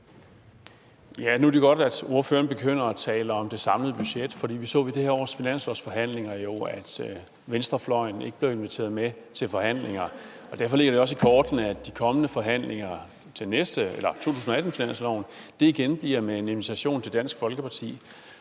Nu er det godt, at ordføreren begynder at tale om det samlede budget, for vi så jo ved dette års finanslovsforhandlinger, at venstrefløjen ikke blev inviteret med til forhandlinger. Derfor ligger det også i kortene, at de kommende forhandlinger om 2018-finansloven igen bliver med en invitation til Dansk Folkeparti.